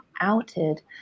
outed